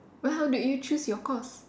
but how did you choose your course